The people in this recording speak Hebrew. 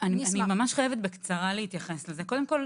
אני חייבת להתייחס לזה בקצרה.